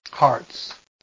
hearts